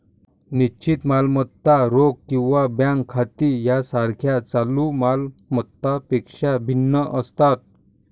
निश्चित मालमत्ता रोख किंवा बँक खाती यासारख्या चालू माल मत्तांपेक्षा भिन्न असतात